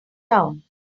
town